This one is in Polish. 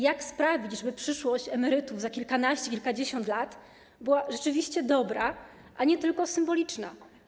Jak sprawić, żeby przyszłość emerytów za kilkanaście, kilkadziesiąt lat była rzeczywiście dobra, a nie tylko symboliczna?